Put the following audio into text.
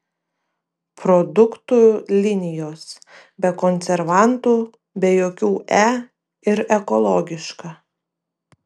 produktų linijos be konservantų be jokių e ir ekologiška